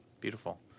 Beautiful